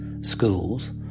schools